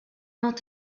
not